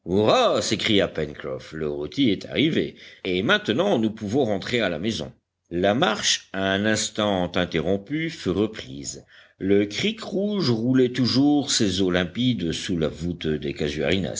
hurrah s'écria pencroff le rôti est arrivé et maintenant nous pouvons rentrer à la maison la marche un instant interrompue fut reprise le creek rouge roulait toujours ses eaux limpides sous la voûte des